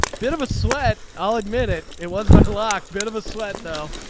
bit of a sweat. i'll admit it. it was my glock. bit of a sweat though.